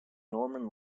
norman